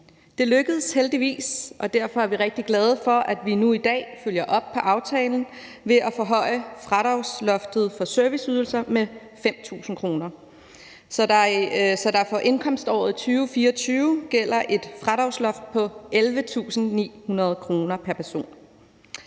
Det lykkedes heldigvis, og derfor er vi rigtig glade for, at vi nu i dag følger op på aftalen ved at forhøje fradragsloftet for serviceydelser med 5.000 kr., så der for indkomståret 2024 gælder et fradragsloft på 11.900 kr. pr. person.